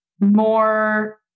more